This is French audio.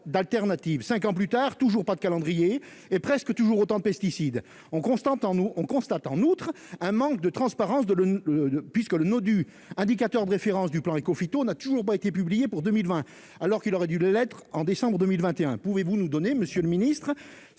d'alternatives, 5 ans plus tard, toujours pas de calendrier et presque toujours autant pesticides on constante en nous, on constate en outre un manque de transparence de l'ONU, puisque le nom du indicateur de référence du plan Ecophyto n'a toujours pas été publiés pour 2020 alors qu'il aurait dû l'être, en décembre 2021, pouvez-vous nous donner Monsieur le ministre,